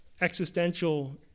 existential